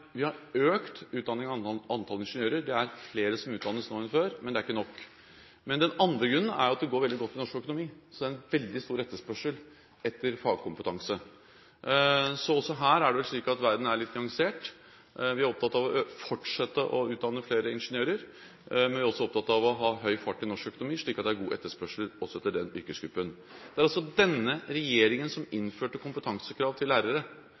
økt utdanningen av antallet ingeniører. Det er flere som utdannes nå enn før, men det er ikke nok. Den andre grunnen er at det går veldig godt med norsk økonomi. Det er veldig stor etterspørsel etter fagkompetanse, så også her er det vel slik at verden er litt nyansert. Vi er opptatt av å fortsette å utdanne flere ingeniører, men vi er også opptatt av å ha høy fart i norsk økonomi, slik at det er god etterspørsel, også etter den yrkesgruppen. Det var denne regjeringen som innførte kompetansekrav for lærere,